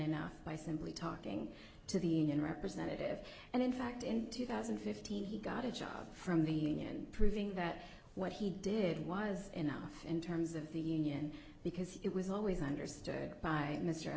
enough by simply talking to the union representative and in fact in two thousand and fifteen he got a check from the union proving that what he did was enough in terms of the union because it was always understood by mr